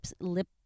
lip